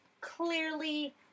clearly